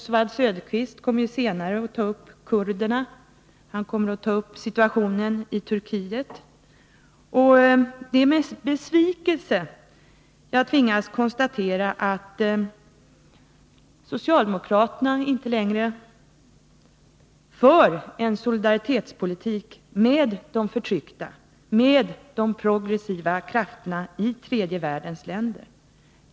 Oswald Söderqvist kommer senare att ta upp kurdernas problem och situationen i Turkiet. Det är med besvikelse som jag tvingats konstatera att socialdemokraterna inte längre för en politik, som innebär solidaritet med de förtryckta, med de progressiva krafterna i tredje världens länder.